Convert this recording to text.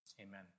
Amen